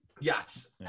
Yes